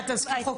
עזבי,